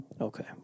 Okay